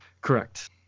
Correct